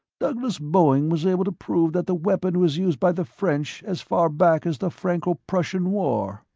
douglas-boeing was able to prove that the weapon was used by the french as far back as the franco-prussian war.